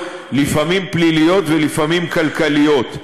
ולפעמים כלכליות.